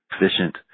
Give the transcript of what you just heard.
efficient